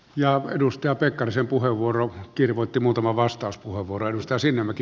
edustaja pekkarisen puheenvuoro kirvoitti muutaman vastauspuheenvuoron